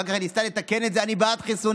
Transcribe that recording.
אחר כך היא ניסתה לתקן את זה: אני בעד חיסונים.